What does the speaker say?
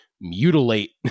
mutilate